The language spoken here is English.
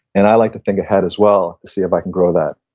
and i like to think ahead as well to see if i can grow that,